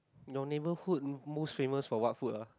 your neighborhood most famous for what food ah